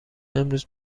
امروز